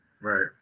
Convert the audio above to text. right